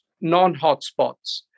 non-hotspots